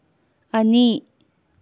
ꯑꯅꯤ